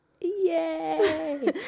Yay